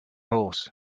horse